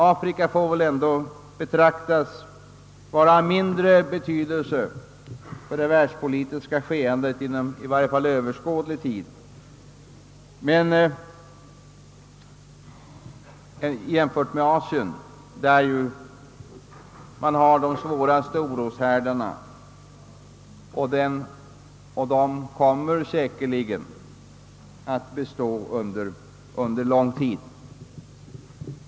Afrika får väl betraktas vara av mindre betydelse för det världspolitiska skeendet inom i varje fall överskådlig tid, jämfört med Asien, där de svåraste oroshärdarna finns, vilka säkert kommer att bestå under lång tid.